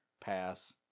pass